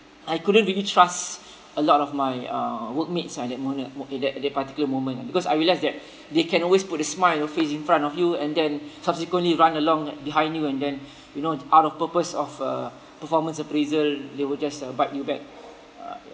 I couldn't really trust a lot of my uh workmates at that mome~ at that at that particular moment ah because I realise that they can always put a smile on your face in front of you and then subsequently run along behind you and then you know out of purpose of a performance appraisal they will just uh bite you back uh ya